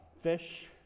fish